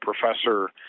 professor